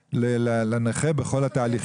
לנכה בכל התהליכים.